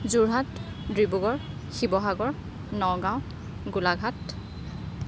Jorhat Dibrugarh Sivasagar Nagaon Golaghat